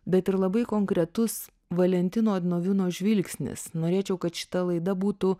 bet ir labai konkretus valentino odnoviūno žvilgsnis norėčiau kad šita laida būtų